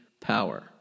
power